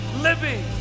living